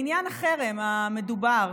לעניין החרם המדובר,